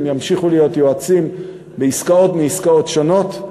ימשיכו להיות יועצים בעסקאות מעסקאות שונות,